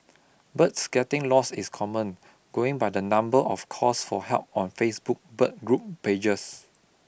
birds getting lost is common going by the number of calls for help on Facebook bird group pages